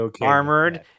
armored